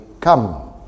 Come